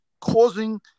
causing